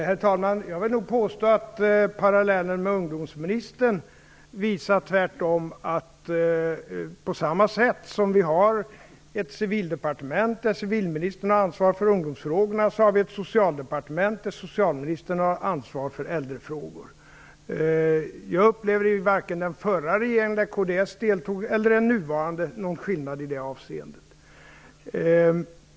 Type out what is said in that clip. Herr talman! Jag vill nog påstå att parallellen med ungdomsministern tvärtom visar att vi på samma sätt som vi har ett civildepartement där civilministern har ansvar för ungdomsfrågorna också har ett socialdepartement där socialministern har ansvar för äldrefrågor. Jag upplever inte, vare sig i den förra regeringen där kds deltog eller i den nuvarande regeringen, någon skillnad i det avseendet.